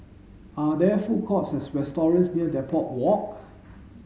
are there food courts or restaurants near Depot Walk